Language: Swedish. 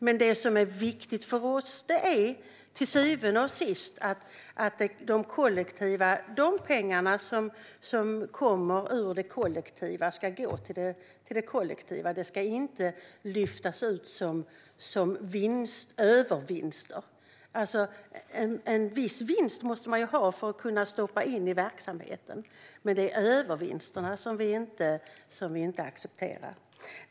Men det som är viktigt för oss är till syvende och sist att de pengar som kommer från det kollektiva ska gå till det kollektiva. De ska inte lyftas ut som övervinster. En viss vinst måste man ha, som man kan stoppa in i verksamheten. Men det är övervinsterna som vi inte accepterar.